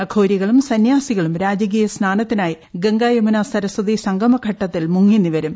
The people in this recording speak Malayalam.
അഗോരികളും സന്യാസികളും രാജകീയ സ്നാനത്തിനായി ഗംഗ യമുന സരസ്വതി സംഗമ ഘട്ടത്തിൽ മുങ്ങിനിവരും